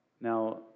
Now